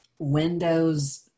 windows